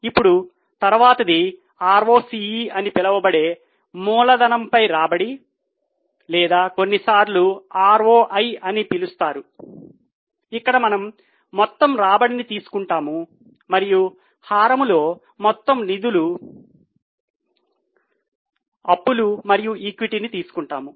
ఇప్పుడు తరువాతిది ROCE అని పిలువబడే మూలధనంపై రాబడి లేదా కొన్నిసార్లు ROI అని పిలుస్తారు ఇక్కడ మనము మొత్తం రాబడిని తీసుకుంటాము మరియు హారం లో మొత్తం నిధులు అప్పులు మరియు ఈక్విటీని తీసుకుంటాము